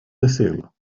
decirlo